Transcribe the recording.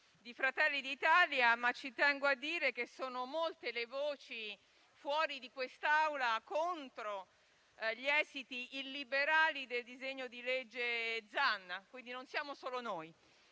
di Fratelli d'Italia. Ci tengo anche a dire che sono molte le voci fuori di quest'Aula contro gli esiti illiberali del disegno di legge Zan. Non siamo quindi solo noi.